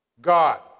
God